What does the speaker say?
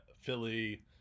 Philly